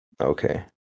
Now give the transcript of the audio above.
Okay